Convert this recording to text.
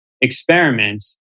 experiments